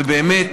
ובאמת,